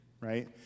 right